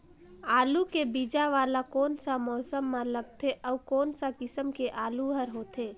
आलू के बीजा वाला कोन सा मौसम म लगथे अउ कोन सा किसम के आलू हर होथे?